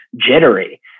jittery